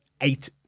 eight